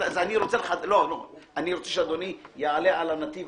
אני רוצה שאדוני יעלה על הנתיב